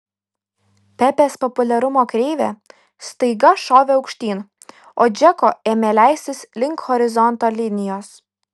pepės populiarumo kreivė staiga šovė aukštyn o džeko ėmė leistis link horizonto linijos